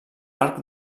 arc